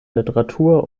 literatur